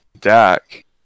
Dak